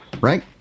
right